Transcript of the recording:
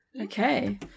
Okay